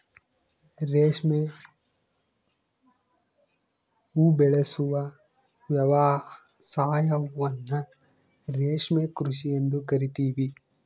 ರೇಷ್ಮೆ ಉಬೆಳೆಸುವ ವ್ಯವಸಾಯವನ್ನ ರೇಷ್ಮೆ ಕೃಷಿ ಎಂದು ಕರಿತೀವಿ